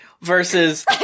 versus